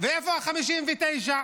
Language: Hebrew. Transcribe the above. ואיפה ה-59?